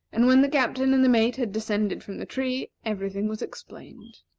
and when the captain and the mate had descended from the tree, every thing was explained.